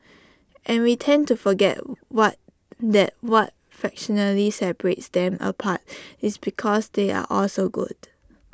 and we tend to forget what that what fractionally separates them apart is because they are all so good